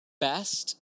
best